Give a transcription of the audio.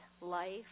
life